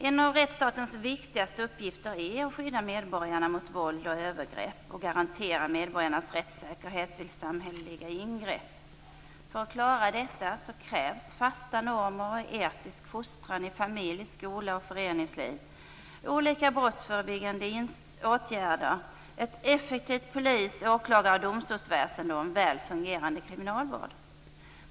En av rättsstatens viktigaste uppgifter är att skydda medborgarna mot våld och övergrepp och att garantera medborgarnas rättssäkerhet vid samhälleliga ingrepp. För att klara detta krävs det fasta normer och etisk fostran i familj, skola och föreningsliv, olika brottsförebyggande åtgärder, ett effektivt polis-, åklagaroch domstolsväsende och en väl fungerande kriminalvård.